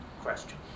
question